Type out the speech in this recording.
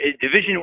division